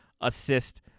assist